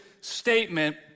statement